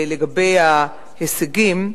לגבי ההישגים,